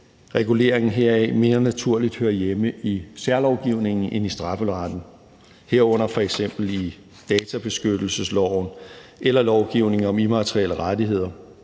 reguleringen heraf mere naturligt hører hjemme i særlovgivningen end i strafferetten, herunder f.eks. i databeskyttelsesloven eller i lovgivningen om immaterielle rettigheder.